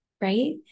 right